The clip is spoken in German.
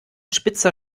spitzer